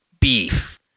Beef